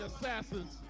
Assassins